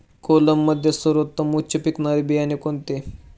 कोलममध्ये सर्वोत्तम उच्च पिकणारे बियाणे कोणते?